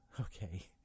Okay